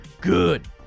good